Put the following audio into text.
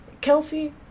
Kelsey